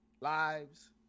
lives